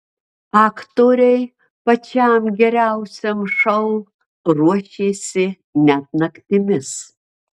aktoriai pačiam geriausiam šou ruošėsi net naktimis